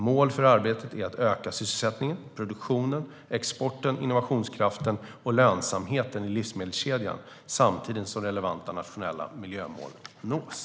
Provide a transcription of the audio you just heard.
Mål för arbetet är att öka sysselsättningen, produktionen, exporten, innovationskraften och lönsamheten i livsmedelskedjan, samtidigt som relevanta nationella miljömål nås.